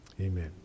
Amen